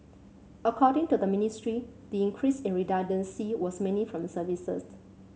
according to the Ministry the increase in redundancy was mainly from services